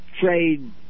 trade